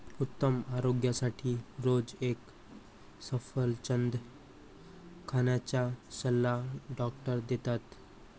उत्तम आरोग्यासाठी रोज एक सफरचंद खाण्याचा सल्ला डॉक्टर देतात